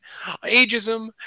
ageism